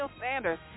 Sanders